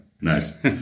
Nice